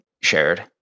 shared